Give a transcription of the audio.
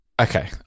Okay